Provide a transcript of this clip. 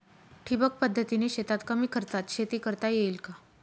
ठिबक पद्धतीने शेतात कमी खर्चात शेती करता येईल का?